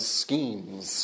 schemes